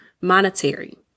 monetary